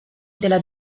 della